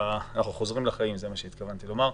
חוזרים לחיים, זה מה שהתכוונתי לומר.